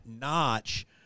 notch